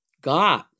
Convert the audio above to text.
God